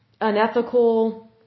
unethical